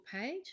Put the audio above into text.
page